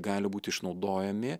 gali būt išnaudojami